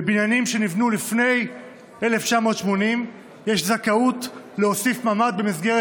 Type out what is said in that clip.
בבניינים שנבנו לפני 1980 יש זכאות להוסיף ממ"ד במסגרת